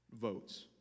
votes